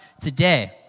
today